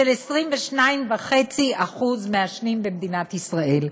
של 22.5% מעשנים במדינת ישראל,